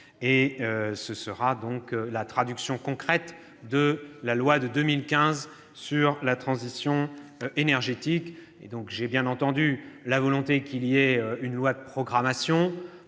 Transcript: qui sera la traduction concrète de la loi de 2015 sur la transition énergétique. J'ai bien entendu votre souhait qu'il y ait une loi de programmation.